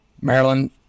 Maryland